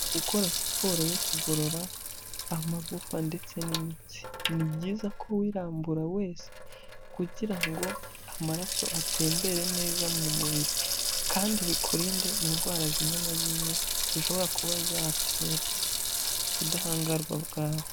Gukora siporo yo kugorora amagufwa ndetse n'imitsi, ni byiza ko wirambura wese kugira ngo amaraso atembere neza mu mubiri kandi bikurinde indwara zimwe na zimwe zishobora kuba zatera ubudahangarwa bwawe.